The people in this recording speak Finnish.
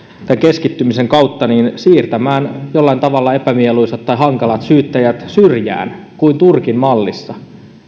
pystyvät keskittymisen kautta siirtämään jollain tavalla epämieluisat tai hankalat syyttäjät syrjään kuin turkin mallissa